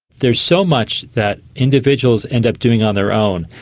there's so much that individuals end up doing on their own.